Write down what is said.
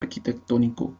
arquitectónico